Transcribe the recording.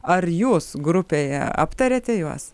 ar jūs grupėje aptariate juos